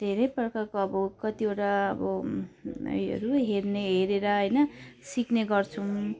धेरै प्रकारको अब कतिवटा अब उयोहरू हेर्ने हेरेर होइन सिक्ने गर्छौँ